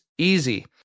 easy